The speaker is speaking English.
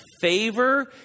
favor